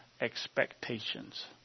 expectations